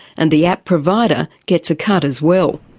and the app provider gets a cut as well.